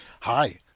Hi